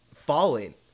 Falling